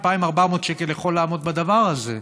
2,400 שקל יכול לעמוד בדבר הזה?